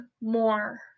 more